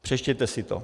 Přečtěte si to.